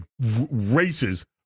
races